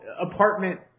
apartment